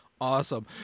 awesome